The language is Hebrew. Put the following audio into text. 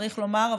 צריך לומר,